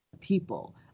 people